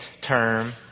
term